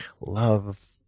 love